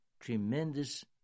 tremendous